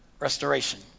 restoration